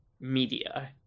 media